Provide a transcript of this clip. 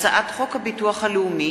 הצעת חוק הביטוח הלאומי